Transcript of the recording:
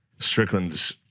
Strickland's